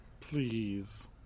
Please